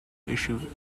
issue